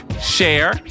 Share